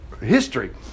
history